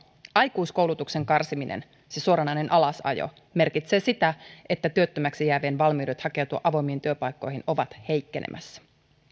aikuiskoulutuksen karsiminen se suoranainen alasajo merkitsee sitä että työttömäksi jäävien valmiudet hakeutua avoimiin työpaikkoihin ovat heikkenemässä arvoisa